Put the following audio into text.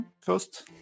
first